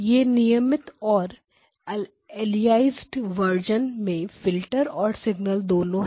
यह नियमित और अलियासएड वर्जन में फिल्टर और सिग्नल दोनों है